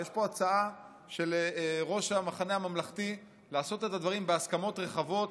יש פה הצעה של ראש המחנה הממלכתי לעשות את הדברים בהסכמות רחבות.